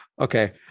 okay